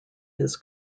his